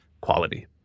quality